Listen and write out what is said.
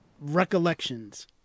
recollections